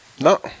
No